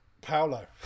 Paolo